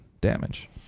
damage